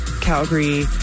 Calgary